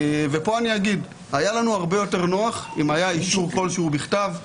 ופה אני אגיד: היה לנו הרבה יותר נוח אם היה אישור כלשהו בכתב,